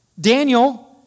Daniel